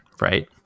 Right